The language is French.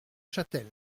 chatel